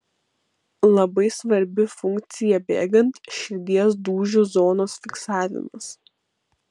labai svarbi funkcija bėgant širdies dūžių zonos fiksavimas